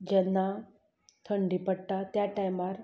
जेन्ना थंडी पडटा त्या टायमार